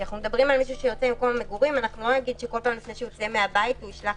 לא נגיד שכל פעם שהוא יוצא מהבית ישלח